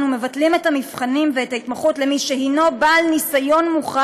אנו מבטלים את המבחנים וההתמחות למי שהוא בעל ניסיון מוכח